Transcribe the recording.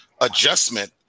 adjustment